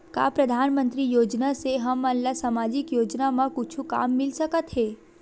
का परधानमंतरी योजना से हमन ला सामजिक योजना मा कुछु काम मिल सकत हे?